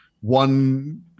one